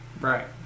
Right